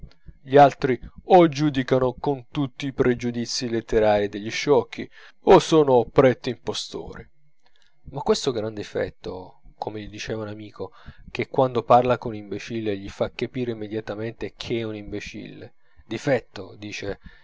gli altri o giudicano con tutti i pregiudizii letterarii degli sciocchi o sono pretti impostori ha questo gran difetto come gli diceva un amico che quando parla con un imbecille gli fa capire immediatamente che è un imbecille difetto dice